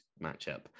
matchup